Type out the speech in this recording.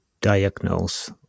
diagnose